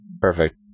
Perfect